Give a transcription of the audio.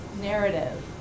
narrative